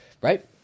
right